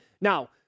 Now